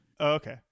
okay